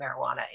marijuana